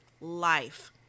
life